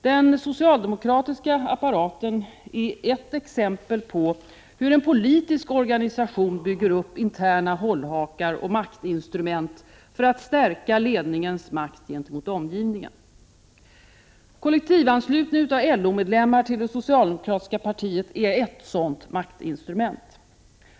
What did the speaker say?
Den socialdemokratiska apparaten är ett exempel på hur en politisk organisation bygger upp interna hållhakar och maktinstrument för att stärka ledningens makt gentemot omgivningen. Kollektivanslutningen av LO-medlemmar till det socialdemokratiska Prot. 1988/89:20 partiet är ett sådant maktinstrument.